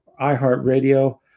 iHeartRadio